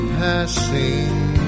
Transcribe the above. passing